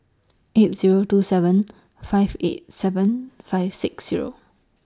eight Zero two seven five eight seven five six Zero